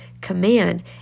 command